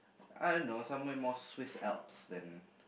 I don't know somewhere more Swiss Alps than